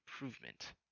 improvement